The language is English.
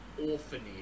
orphanage